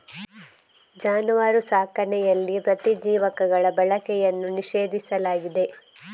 ಜಾನುವಾರು ಸಾಕಣೆಯಲ್ಲಿ ಪ್ರತಿಜೀವಕಗಳ ಬಳಕೆಯನ್ನು ನಿಷೇಧಿಸಲಾಗಿದೆ